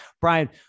Brian